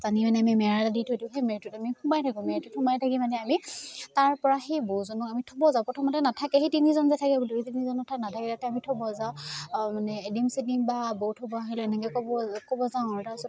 আঁচ টানি মানে মেৰা এটা দি থৈ দিওঁ সেই মেৰাটোত আমি সোমাই থাকোঁ মেৰটোত সোমাই থাকি মানে আমি তাৰপৰা সেই বৌজনক আমি থ'ব যাওঁ প্ৰথমতে নাথাকে সেই তিনিজন যে থাকে সেই তিনিজনৰ ঠাইত নাথাকে তাতে আমি থব যাওঁ মানে এডিম চাডিম বা বৌ থ'ব আহিলোঁ এনেকৈ ক'ব ক'ব যাওঁ আৰু তাৰ পিছত